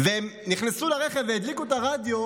והם נכנסו לרכב והדליקו את הרדיו,